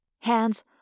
Hands